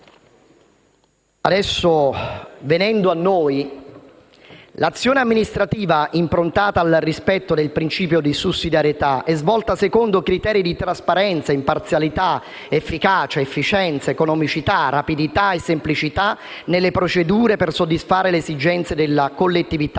società civile. L'azione amministrativa, improntata al rispetto del principio di sussidiarietà, è svolta secondo criteri di trasparenza, imparzialità, efficienza, economicità, rapidità e semplicità nelle procedure per soddisfare le esigenze della collettività.